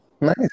Nice